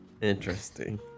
Interesting